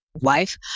wife